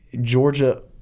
Georgia